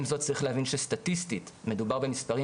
עם זאת צריך להבין שסטטיסטית מדובר במספרים